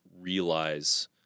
realize